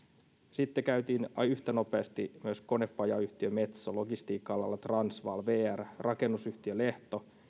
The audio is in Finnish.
sitten käytiin yhtä nopeasti myös konepajayhtiö metsossa logistiikka alalla transvalissa vr rakennusyhtiö lehto